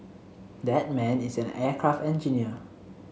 that man is an aircraft engineer